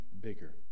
bigger